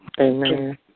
Amen